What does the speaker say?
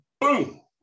boom